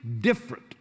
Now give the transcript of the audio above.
different